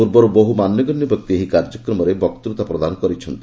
ପୂର୍ବରୁ ବହୁ ମାନ୍ୟଗଣ୍ୟ ବ୍ୟକ୍ତି ଏହି କାର୍ଯ୍ୟକ୍ରମରେ ବକ୍ତତା ପ୍ରଦାନ କରିଛନ୍ତି